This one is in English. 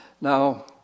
Now